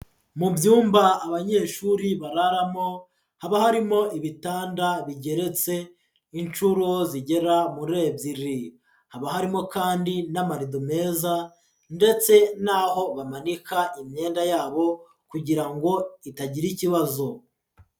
Mu byumba abanyeshuri bararamo haba harimo ibitanda bigeretse inshuro zigera muri ebyiri, haba harimo kandi n'amarido meza ndetse naho bamanika imyenda yabo kugira ngo itagira ikibazo.